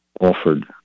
offered